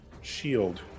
shield